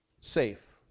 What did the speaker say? Safe